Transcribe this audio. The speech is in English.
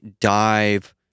dive